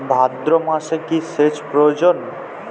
ভাদ্রমাসে কি সেচ প্রয়োজন?